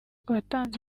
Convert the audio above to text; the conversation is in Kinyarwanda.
watanze